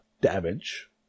damage